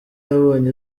yabonye